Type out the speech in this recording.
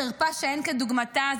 חרפה שאין כדוגמתה.